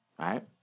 Right